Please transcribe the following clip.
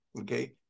Okay